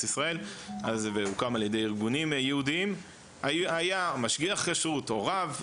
ישראל והוא הוקם על ידי ארגונים יהודיים היה משגיח כשרות או רב,